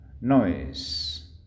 noise